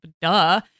duh